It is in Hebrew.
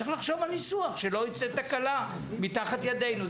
צריך לחשוב על ניסוח שלא תצא תקלה מתחת ידינו.